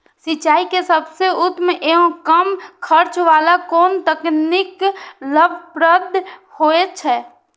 सिंचाई के सबसे उत्तम एवं कम खर्च वाला कोन तकनीक लाभप्रद होयत छै?